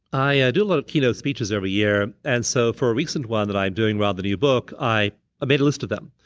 i ah do a lot of keynote speeches every year, and so for a recent one that i'm doing around the new book, i made a list of them.